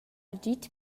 agid